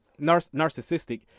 narcissistic